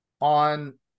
on